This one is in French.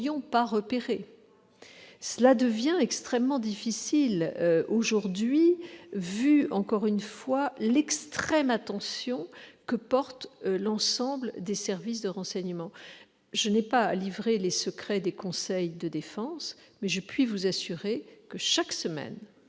cela devient extrêmement improbable aujourd'hui, vu l'extrême vigilance de l'ensemble des services de renseignement. Je n'ai pas à livrer les secrets des conseils de défense, mais je puis vous assurer que, chaque semaine,